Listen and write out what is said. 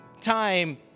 time